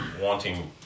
wanting